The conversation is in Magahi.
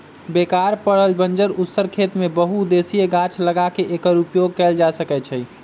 बेकार पड़ल बंजर उस्सर खेत में बहु उद्देशीय गाछ लगा क एकर उपयोग कएल जा सकै छइ